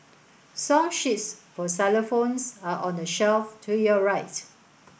song sheets for xylophones are on the shelf to your right